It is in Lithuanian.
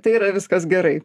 tai yra viskas gerai